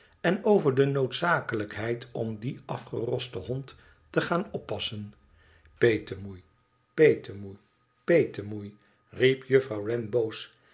en over de noodzakelijkheid om dien afgerosten hond te gaan oppassen petemoei petemoei petemoei riep juffrouw